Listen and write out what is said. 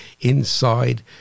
inside